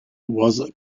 was